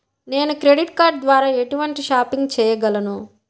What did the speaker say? నేను credit card ద్వార ఎటువంటి షాపింగ్ చెయ్యగలను?